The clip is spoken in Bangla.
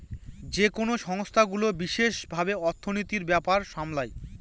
যেকোনো সংস্থাগুলো বিশেষ ভাবে অর্থনীতির ব্যাপার সামলায়